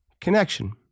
connection